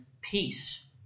peace